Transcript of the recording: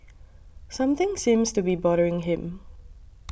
something seems to be bothering him